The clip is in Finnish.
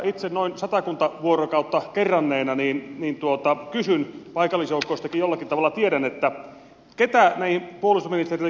itse noin satakunta vuorokautta kerranneena kysyn paikallisjoukoistakin jollakin tavalla tiedän puolustusministeriltä